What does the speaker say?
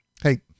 Hey